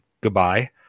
goodbye